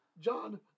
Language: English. John